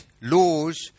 laws